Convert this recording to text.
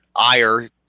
ire